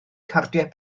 cardiau